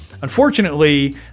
Unfortunately